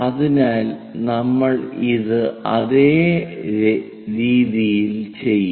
അതിനാൽ നമ്മൾ ഇത് അതേ രീതിയിൽ ചെയ്യും